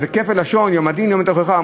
זה כפל לשון, יום הדין ויום התוכחה.